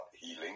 healing